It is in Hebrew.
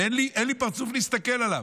ואין לי פרצוף להסתכל עליו.